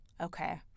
Okay